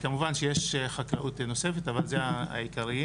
כמובן שיש חקלאות נוספת אבל אלו העיקריים.